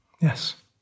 Yes